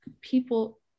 people